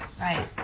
Right